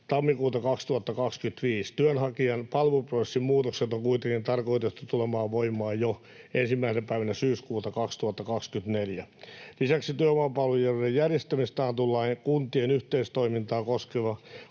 tammikuuta 2025. Työnhakijan palveluprosessin muutokset on kuitenkin tarkoitettu tulemaan voimaan jo 1. päivänä syyskuuta 2024. Lisäksi työvoimapalveluiden järjestämisestä annetun lain kuntien yhteistoimintaa koskeva